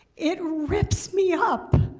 it rips me up.